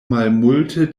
malmulte